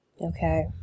Okay